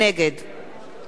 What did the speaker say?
נגד